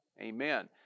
Amen